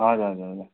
हजुर हजुर हजुर